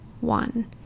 One